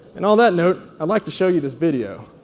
and on that note, i'd like to show you this video.